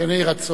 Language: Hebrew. כן יהי רצון.